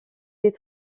des